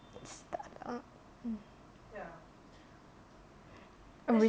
start-up mm